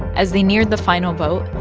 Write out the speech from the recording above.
as they neared the final vote,